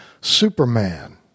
Superman